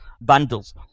bundles